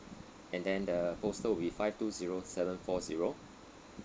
and then the postal will be five two zero seven four zero